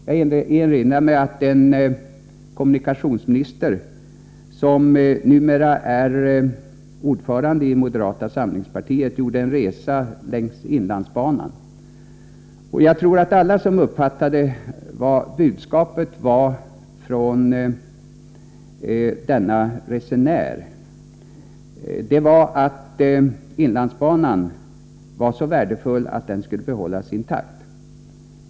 Jag erinrar mig att en kommunikationsminister, som numera är ordförande i moderata samlingspartiet, gjorde en resa längs inlandsbanan. Jag tror att alla uppfattade budskapet från denne resenär så att inlandsbanan var så värdefull att den skulle behållas intakt.